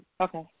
okay